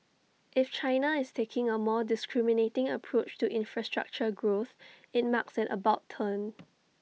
if China is taking A more discriminating approach to infrastructure growth IT marks an about turn